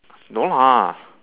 no lah